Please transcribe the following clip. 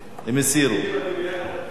אם אני ביחד אתך, אז אני רגוע.